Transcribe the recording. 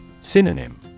Synonym